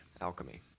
alchemy